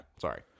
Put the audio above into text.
Sorry